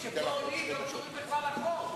אנחנו נזכה להשתמש בשירותיו כאשר הכנסת תפעל בכל רחבי העולם.